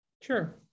Sure